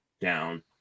down